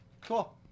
Cool